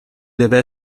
deve